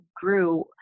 grew